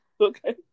Okay